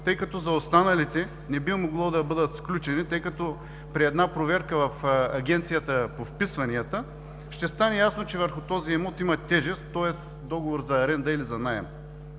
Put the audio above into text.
тъй като за останалите не би могло да бъдат сключени, тъй като при една проверка в Агенцията по вписванията ще стане ясно, че върху този имот има тежест, тоест договор за аренда или за наем.